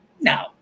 no